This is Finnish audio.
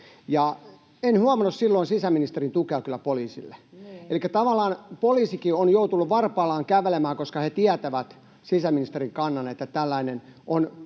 En huomannut kyllä silloin sisäministerin tukea poliisille. Elikkä tavallaan poliisikin on joutunut varpaillaan kävelemään, koska he tietävät sisäministerin kannan, että on